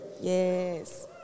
Yes